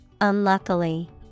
unluckily